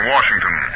Washington